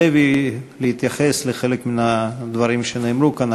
לוי להתייחס לחלק מן הדברים שנאמרו כאן,